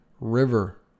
river